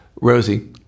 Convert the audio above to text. Rosie